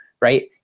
right